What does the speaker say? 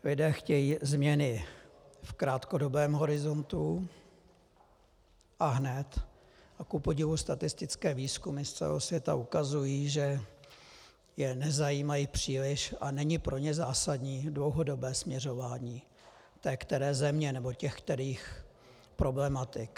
Lidé chtějí změny v krátkodobém horizontu a hned a kupodivu statistické výzkumy z celého světa ukazují, že je nezajímají příliš a není pro ně zásadní dlouhodobé směřování té které země nebo těch kterých problematik.